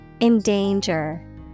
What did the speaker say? Endanger